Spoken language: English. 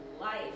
life